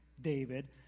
David